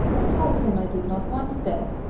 i told him i did not want them.